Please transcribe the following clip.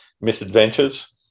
misadventures